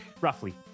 Roughly